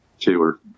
Taylor